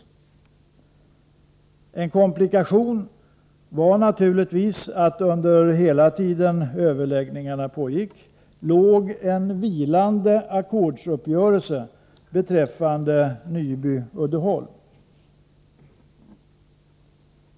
En komplikation var naturligtvis att under hela den tid överläggningarna pågick en vilande ackordsuppgörelse låg beträffande Nyby-Uddeholm.